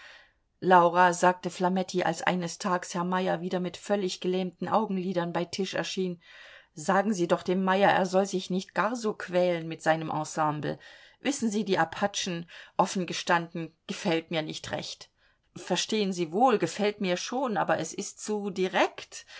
laura sagte flametti als eines tags herr meyer wieder mit völlig gelähmten augenlidern bei tisch erschien sagen sie doch dem meyer er soll sich nicht gar so quälen mit seinem ensemble wissen sie die apachen offen gestanden gefällt mir nicht recht verstehen sie wohl gefällt mir schon aber es ist zu direkt